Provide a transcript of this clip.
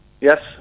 Yes